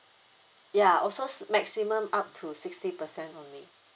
ya also s~ maximum up to sixty percent only